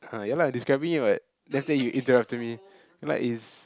ah ya lah describing it [what] then after that you interrupted me like is